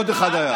עוד אחד היה.